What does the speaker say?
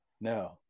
No